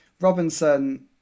Robinson